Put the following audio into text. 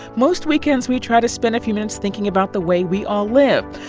most weekends, we try to spend a few minutes thinking about the way we all live.